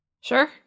Sure